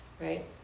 right